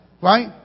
Right